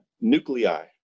nuclei